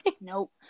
Nope